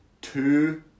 two